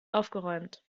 aufgeräumt